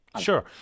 Sure